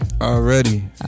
Already